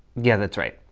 yeah, that's right.